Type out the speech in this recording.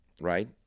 right